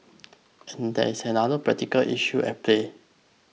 and there is another practical issue at play